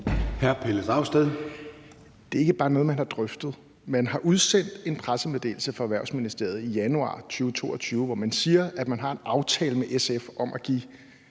Det er ikke bare noget, man har drøftet. Man har udsendt en pressemeddelelse fra Erhvervsministeriet i januar 2022, hvor man siger, at man har en aftale med SF om at give